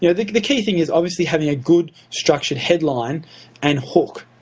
yeah the key thing is obviously having a good structured headline and hook.